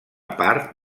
part